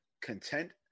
content